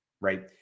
right